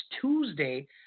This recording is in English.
tuesday